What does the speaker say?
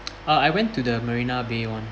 uh I went to the marina bay [one]